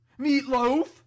Meatloaf